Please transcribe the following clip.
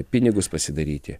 pinigus pasidaryti